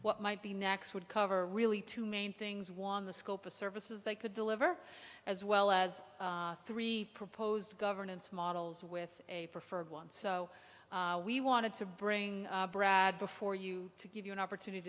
what might be next would cover really two main things one the scope of services they could deliver as well as three proposed governance models with a preferred one so we wanted to bring brad before you to give you an opportunity